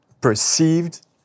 perceived